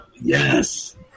Yes